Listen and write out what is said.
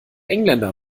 engländer